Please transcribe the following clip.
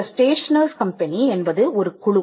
இந்த stationers company என்பது ஒரு குழு